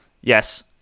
Yes